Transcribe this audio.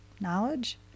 knowledge